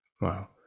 Wow